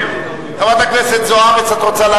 קבוצת חד"ש, אני מצביע עליהן אלקטרונית.